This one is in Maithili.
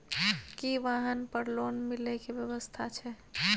की वाहन पर लोन मिले के व्यवस्था छै?